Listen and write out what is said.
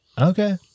Okay